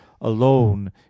alone